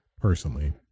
personally